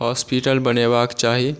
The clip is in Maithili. हॉस्पिटल बनेबाक चाही